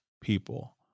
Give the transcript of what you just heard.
people